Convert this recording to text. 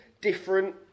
different